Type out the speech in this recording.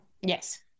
Yes